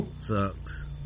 Sucks